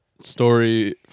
story